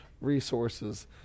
resources